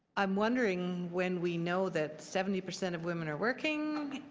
i'm wondering when we know that seventy percent of women are working,